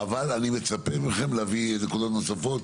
אבל אני מצפה מכם להביא נקודות נוספות.